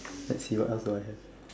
let's see what else do I have